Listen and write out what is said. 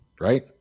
right